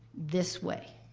this way.